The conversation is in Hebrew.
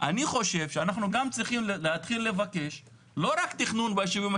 אני חושב שאנחנו גם צריכים להתחיל לבקש לא רק תכנון בישובים,